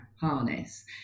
harness